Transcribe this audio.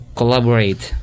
collaborate